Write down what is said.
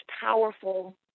powerful